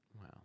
Wow